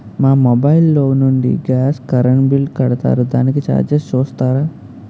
మా మొబైల్ లో నుండి గాస్, కరెన్ బిల్ కడతారు దానికి చార్జెస్ చూస్తారా?